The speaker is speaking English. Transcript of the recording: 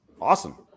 Awesome